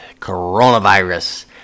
coronavirus